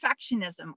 perfectionism